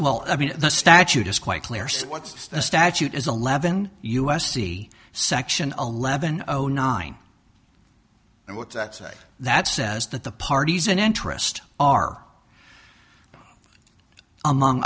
well i mean the statute is quite clear so what's the statute is eleven u s c section eleven zero nine and what that say that says that the parties in interest are among